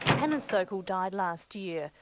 hana sokal died last year.